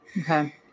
Okay